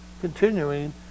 continuing